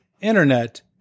internet